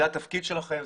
זה התפקיד שלכם,